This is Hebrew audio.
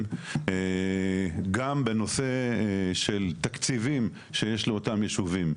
גם בנושא של תקציבים שיש לאותם ישובים.